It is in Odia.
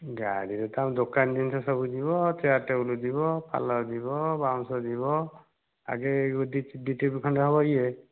ଗାଡ଼ିରେ ତ ଆମର ଦୋକାନ ଜିନିଷ ସବୁ ଯିବ ଚେୟାର୍ ଟେବଲ୍ ଯିବ ପାଲ ଯିବ ବାଉଁଶ ଯିବ ଆଗେ ଡିଟିପି ଡିଟିପି ଖଣ୍ଡେ ହେବ ଇଏ